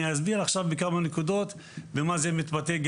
אסביר עכשיו בכמה נקודות במה זה מתבטא.